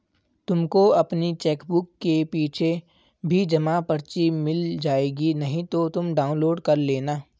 तुमको अपनी चेकबुक के पीछे भी जमा पर्ची मिल जाएगी नहीं तो तुम डाउनलोड कर लेना